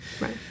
Right